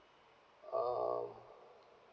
um